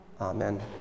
Amen